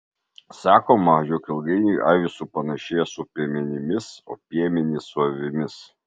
sakoma jog ilgainiui avys supanašėja su piemenimis o piemenys su avimis